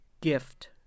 gift